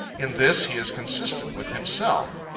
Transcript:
in this he is consistent with himself.